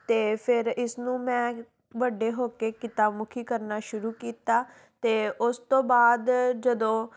ਅਤੇ ਫਿਰ ਇਸ ਨੂੰ ਮੈਂ ਵੱਡੇ ਹੋ ਕੇ ਕਿੱਤਾ ਮੁਖੀ ਕਰਨਾ ਸ਼ੁਰੂ ਕੀਤਾ ਅਤੇ ਉਸ ਤੋਂ ਬਾਅਦ ਜਦੋਂ